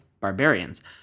barbarians